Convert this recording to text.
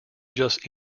just